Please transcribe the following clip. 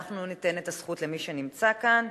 אנחנו ניתן את הזכות למי שנמצא כאן.